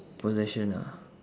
possession ah